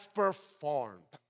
performed